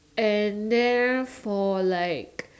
and then for like